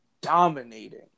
dominating